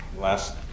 last